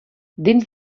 dins